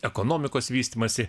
ekonomikos vystymąsi